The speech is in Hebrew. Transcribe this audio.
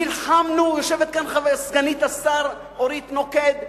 נלחמנו, יושבת כאן סגנית השר אורית נוקד,